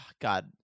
god